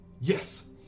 Yes